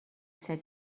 said